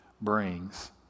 brings